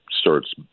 starts